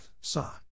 sa